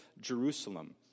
Jerusalem